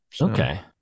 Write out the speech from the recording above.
Okay